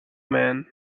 man